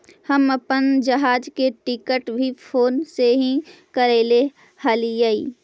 हम अपन जहाज के टिकट भी फोन से ही करैले हलीअइ